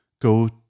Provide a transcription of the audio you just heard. go